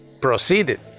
proceeded